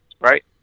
right